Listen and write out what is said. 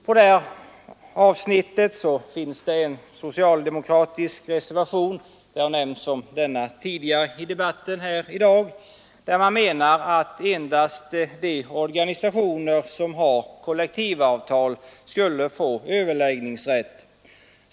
På det här avsnittet finns det en socialdemokratisk reservation — denna har nämnts tidigare i debatten här i dag — där man menar att endast de organisationer som har kollektivavtal skall få överläggningsrätt.